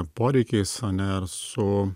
poreikiais ane ir su